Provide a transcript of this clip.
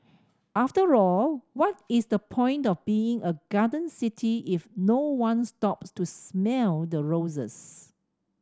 after all what is the point of being a garden city if no one stops to smell the roses